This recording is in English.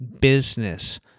business